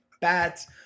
bats